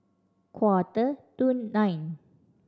quarter to nine